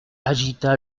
agita